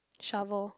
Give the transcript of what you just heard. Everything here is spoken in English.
shovel